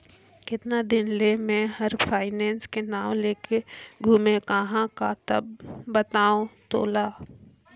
केतना दिन ले मे हर फायनेस के नाव लेके घूमें अहाँ का बतावं तोला